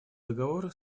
договор